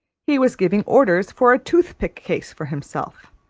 he was giving orders for a toothpick-case for himself,